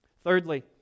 Thirdly